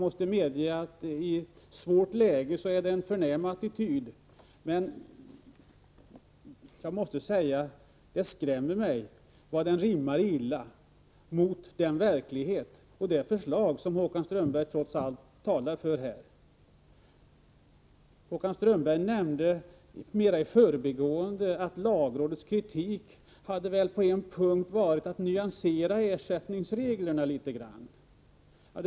I ett svårt läge är det en förnäm attityd, men det skrämmer mig hur illa den rimmar med verkligheten och med det förslag som Håkan Strömberg här trots allt talar för. Håkan Strömberg nämnde mera i förbigående att lagrådets kritik hade gällt en puakt, att ersättningsreglerna skulle nyanseras litet grand.